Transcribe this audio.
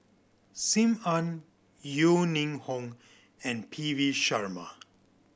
Sim Ann Yeo Ning Hong and P V Sharma